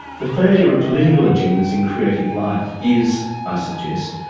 the failure of political agendas in creative life is, i suggest,